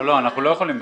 לא, אנחנו לא יכולים.